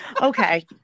Okay